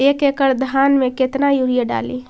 एक एकड़ धान मे कतना यूरिया डाली?